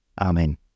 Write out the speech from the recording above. amen